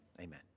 amen